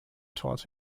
taught